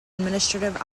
administrative